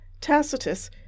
Tacitus